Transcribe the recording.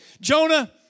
Jonah